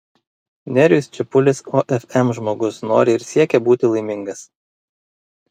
nerijus čepulis ofm žmogus nori ir siekia būti laimingas